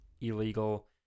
illegal